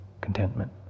contentment